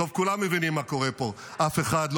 טוב מותי מחיי, אחד,